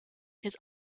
his